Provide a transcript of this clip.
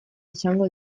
izango